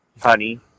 Honey